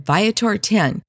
Viator10